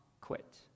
quit